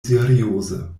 serioze